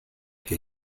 que